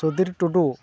ᱥᱩᱫᱤᱨ ᱴᱩᱰᱩ